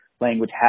language